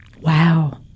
Wow